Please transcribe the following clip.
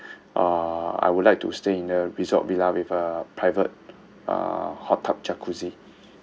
uh I would like to stay in a resort villa with a private uh hot tub jacuzzi